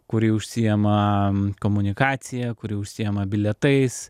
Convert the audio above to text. kuri užsiima komunikacija kuri užsiima bilietais